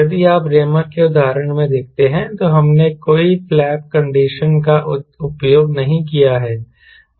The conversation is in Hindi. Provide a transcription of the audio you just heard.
यदि आप रैमर के उदाहरण में देखते हैं तो हमने कोई फ्लैप कंडीशन का उपयोग नहीं किया है